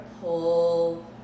pull